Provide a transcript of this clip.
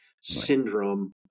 syndrome